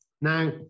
Now